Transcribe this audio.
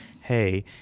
Hey